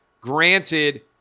granted